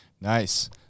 Nice